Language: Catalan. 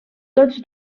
tots